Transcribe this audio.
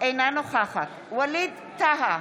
אינה נוכחת ווליד טאהא,